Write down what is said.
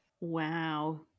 Wow